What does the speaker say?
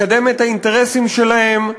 לקדם את האינטרסים שלהם,